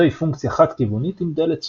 זוהי פונקציה חד-כיוונית עם "דלת צונחת".